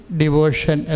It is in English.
devotion